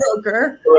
broker